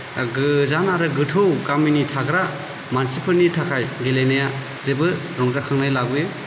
गोजान आरो गोथौ गामिनि थाग्रा मानसिफोरनि थाखाय गेलेनाया जोबोर रंजाखांनाय लाबोयो